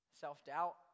self-doubt